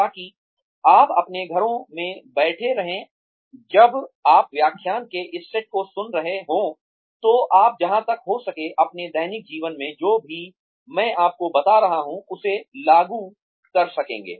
ताकि आप अपने घरों में बैठे रहें जब आप व्याख्यान के इस सेट को सुन रहे हों तो आप जहाँ तक हो सके अपने दैनिक जीवन में जो भी मैं आपको बता रहा हूँ उसे लागू कर सकेंगे